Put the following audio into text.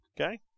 okay